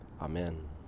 Amen